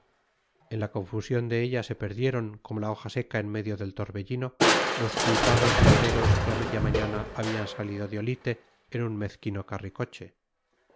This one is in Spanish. en la confusión de ella se perdieron como la hoja seca en medio del torbellino los cuitados viajeros que a media mañana habían salido de olite en un mezquino